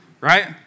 Right